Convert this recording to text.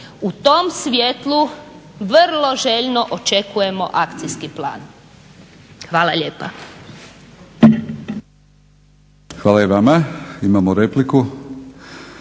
U tom svjetlu vrlo željno očekujemo akcijski plan. Hvala lijepa. **Batinić, Milorad